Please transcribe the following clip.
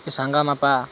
କି ସାଙ୍ଗା ମପା